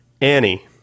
Annie